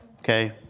Okay